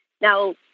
now